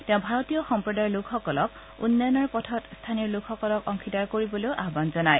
তেওঁ ভাৰতীয় সম্প্ৰদায়ৰ লোকসকলক উন্নয়নৰ পথত স্থানীয় লোকসকলক অংশীদাৰ কৰিবলৈও আহান জনায়